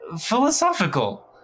philosophical